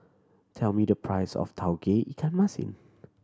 tell me the price of Tauge Ikan Masin